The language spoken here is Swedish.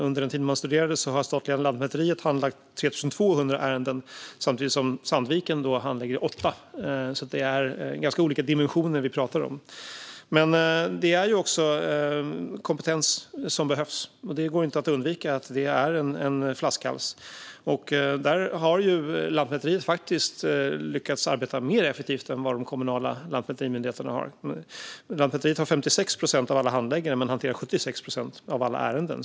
Under den tid man studerade handlade det statliga Lantmäteriet 3 200 ärenden, medan Sandviken handlade 8. Det är alltså ganska olika dimensioner vi pratar om. Men det behövs också kompetens. Det går inte att komma ifrån att det är en flaskhals. Där har Lantmäteriet lyckats arbeta effektivare än de kommunala lantmäterimyndigheterna. Lantmäteriet har 56 procent av alla handläggare, men hanterar 76 procent av alla ärenden.